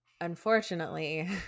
unfortunately